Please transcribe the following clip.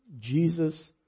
Jesus